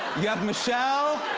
you have michelle.